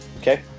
Okay